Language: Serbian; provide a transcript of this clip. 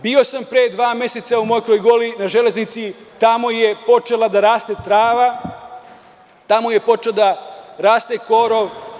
Bio sam pre dva meseca u Mokroj gori, na železnici, tamo je počela da raste trava, tamo je počeo da raste korov.